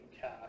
cash